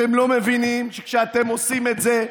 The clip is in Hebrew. אתם לא מבינים שכשאתם עושים את זה,